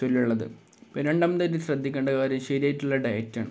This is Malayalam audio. ചൊല്ലുള്ളത് ഇപ്പോള് രണ്ടാമതായിട്ട് ശ്രദ്ധിക്കേണ്ട കാര്യം ശരിയായിട്ടുള്ള ഡയറ്റാണ്